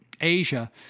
Asia